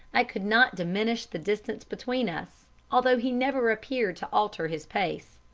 i could not diminish the distance between us, although he never appeared to alter his pace.